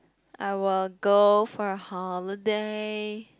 I will go for a holiday